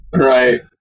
Right